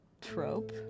trope